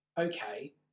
okay